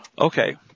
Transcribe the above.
Okay